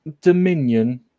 Dominion